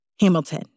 Hamilton